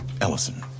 Ellison